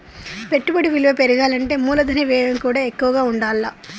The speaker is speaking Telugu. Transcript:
పెట్టుబడి విలువ పెరగాలంటే మూలధన వ్యయం కూడా ఎక్కువగా ఉండాల్ల